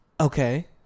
Okay